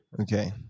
Okay